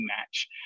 match